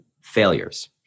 failures